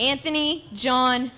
anthony john